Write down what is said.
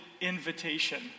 invitation